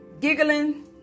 giggling